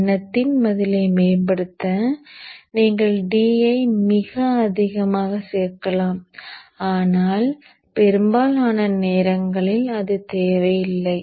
பின்னத்தின் பதிலை மேம்படுத்த நீங்கள் D ஐ மிக அதிகமாக சேர்க்கலாம் ஆனால் பெரும்பாலான நேரங்களில் அது தேவையில்லை